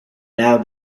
now